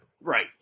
Right